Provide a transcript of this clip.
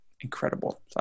incredible